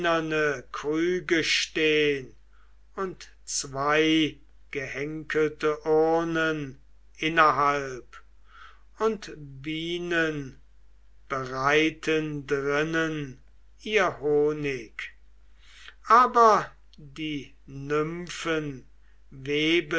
krüge stehn und zweigehenkelte urnen innerhalb und bienen bereiten drinnen ihr honig aber die nymphen weben